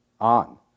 on